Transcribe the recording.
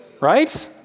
Right